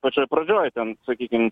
pačioj pradžioj ten sakykim